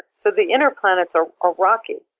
so the inner planets are are rocky.